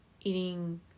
eating